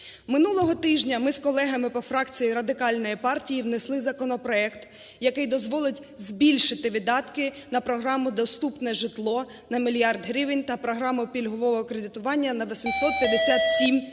Минулого тижня ми з колегами по фракції Радикальної партії внесли законопроект, який дозволить збільшити видатки на програму "Доступне житло" та мільярд гривень та програму пільгового кредитування на 857 мільйонів